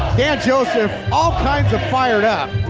yeah joseph all kinds of fire up.